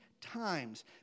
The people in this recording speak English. times